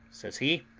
says he,